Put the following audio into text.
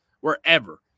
wherever